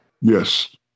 Yes